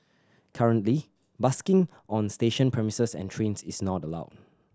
currently busking on station premises and trains is not allowed